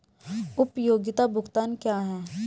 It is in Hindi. उपयोगिता भुगतान क्या हैं?